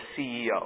CEO